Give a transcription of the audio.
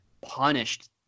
punished